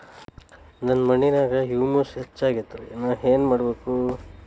ನನ್ನ ಮಣ್ಣಿನ್ಯಾಗ್ ಹುಮ್ಯೂಸ್ ಹೆಚ್ಚಾಕ್ ನಾನ್ ಏನು ಮಾಡ್ಬೇಕ್?